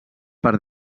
per